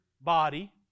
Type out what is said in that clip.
body